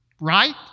right